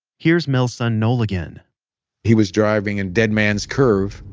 here's mel's son noel again he was driving in dead man's curve.